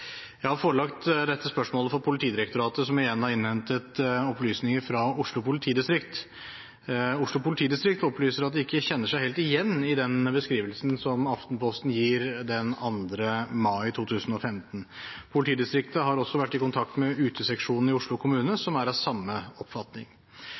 Jeg har forelagt dette spørsmålet for Politidirektoratet, som igjen har innhentet opplysninger fra Oslo politidistrikt. Oslo politidistrikt opplyser at de ikke kjenner seg helt igjen i den beskrivelsen som Aftenposten gir den 2. mai 2015. Politidistriktet har også vært i kontakt med Uteseksjonen i Oslo kommune, som er av samme oppfatning.